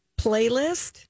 playlist